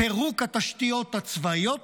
פירוק התשתיות הצבאיות